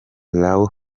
lou